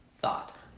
Thought